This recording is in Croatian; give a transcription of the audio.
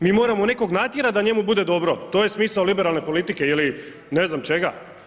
Mi moramo nekog natjerati da njemu bude dobro, to je smisao liberalne politike ili ne znam čega?